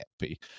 happy